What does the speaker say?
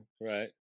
Right